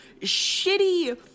shitty